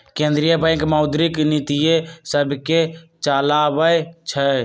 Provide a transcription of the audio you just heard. केंद्रीय बैंक मौद्रिक नीतिय सभके चलाबइ छइ